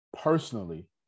personally